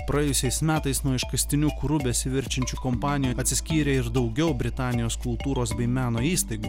praėjusiais metais nuo iškastiniu kuru besiverčiančių kompanijų atsiskyrė ir daugiau britanijos kultūros bei meno įstaigų